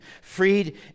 Freed